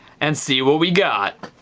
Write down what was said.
and see what we got.